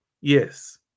yes